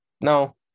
No